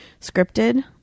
scripted